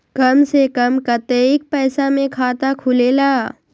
कम से कम कतेइक पैसा में खाता खुलेला?